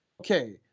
okay